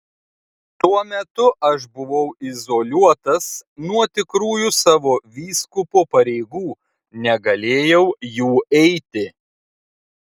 tuo metu aš buvau izoliuotas nuo tikrųjų savo vyskupo pareigų negalėjau jų eiti